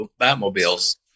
Batmobiles